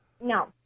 No